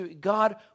God